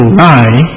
lie